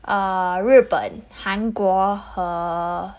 uh 日本韩国和